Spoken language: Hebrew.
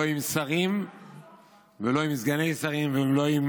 לא עם שרים ולא עם סגני שרים ולא עם